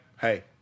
Hey